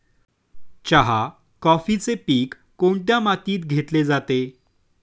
चहा, कॉफीचे पीक कोणत्या मातीत घेतले जाते?